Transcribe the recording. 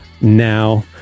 now